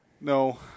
no